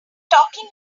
talking